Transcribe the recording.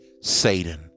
Satan